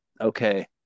okay